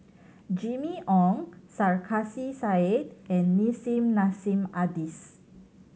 Jimmy Ong Sarkasi Said and Nissim Nassim Adis